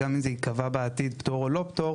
גם אם זה ייקבע בעתיד פטור או לא פטור,